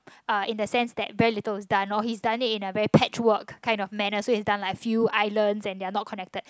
uh in the sense that very little was done or his done it in a very patchwork kind of manner so he done like few islands and they're not connected